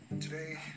Today